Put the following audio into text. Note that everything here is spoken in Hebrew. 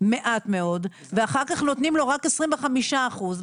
מעט מאוד ואחר כך נותנים לו רק 25 אחוזים,